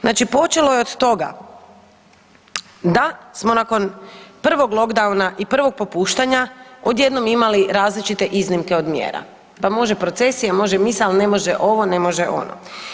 Znači počelo je od toga da smo nakon prvog lockdowna i prvog popuštanja, odjednom imali različite iznimke od mjera, pa može procesija, može misa ali ne može ovo, ne može ono.